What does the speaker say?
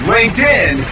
LinkedIn